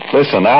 Listen